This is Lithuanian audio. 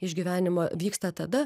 išgyvenimą vyksta tada